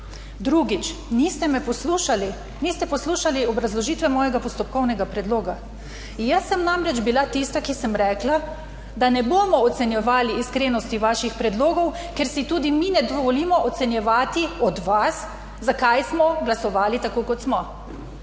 poslušali, niste poslušali obrazložitve mojega postopkovnega predloga. Jaz sem namreč bila tista, ki sem rekla, da ne bomo ocenjevali iskrenosti vaših predlogov, ker si tudi mi ne dovolimo ocenjevati od vas, zakaj smo glasovali tako, kot smo.